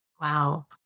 Wow